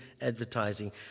advertising